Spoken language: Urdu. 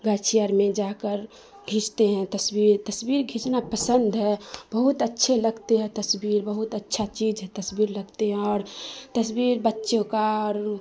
گاچھی اور میں جا کر کھینچتے ہیں تصویر تصویر کھینچنا پسند ہے بہت اچھے لگتے ہیں تصویر بہت اچھا جیز ہے تصویر لگتے ہیں اور تصویر بچوں کا اور